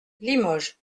limoges